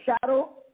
shadow